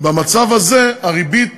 במצב הזה הריבית